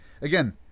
again